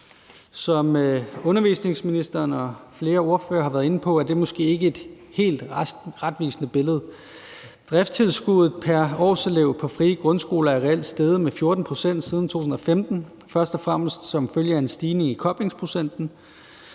Som undervisningsministeren og flere ordførere har været inde på, er det måske ikke et helt retvisende billede. Driftstilskuddet pr. årselev på frie grundskoler er reelt steget med 14 pct. siden 2015 først og fremmest som følge af en stigning i koblingsprocenten.